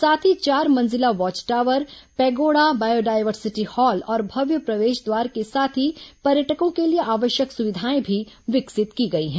साथ ही चार मंजिला watch tower pagoda biodiversity hall और भव्य प्रवेश द्वार के साथ ही पर्यटकों के लिए आवश्यक सुविधाएं भी विकसित की गई हैं